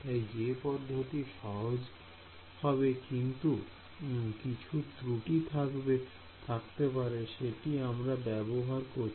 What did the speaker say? তাই যে পদ্ধতিটি সহজ হবে কিন্তু কিছু ত্রুটি থাকতে পারে সেটি আমরা ব্যবহার করছি